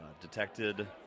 detected